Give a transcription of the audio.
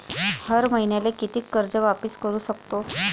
हर मईन्याले कितीक कर्ज वापिस करू सकतो?